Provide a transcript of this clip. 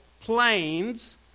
planes